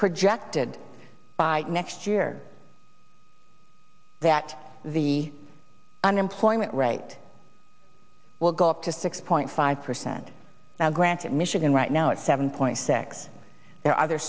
projected by next year that the unemployment rate will go up to six point five percent now granted michigan right now it's seven point six ther